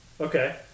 Okay